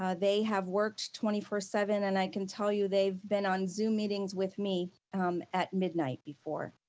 ah they have worked twenty four seven and i can tell you, they been on zoom meetings with me at midnight before.